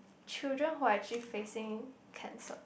children who are actually facing cancer